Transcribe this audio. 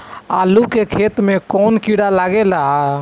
आलू के खेत मे कौन किड़ा लागे ला?